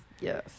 Yes